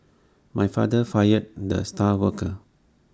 my father fired the star worker